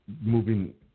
moving